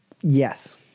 Yes